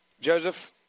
Joseph